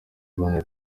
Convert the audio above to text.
bwana